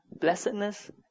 blessedness